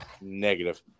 Negative